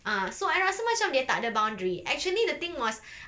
ah so I rasa macam dia tak ada boundary actually the thing was